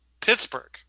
Pittsburgh